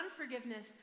unforgiveness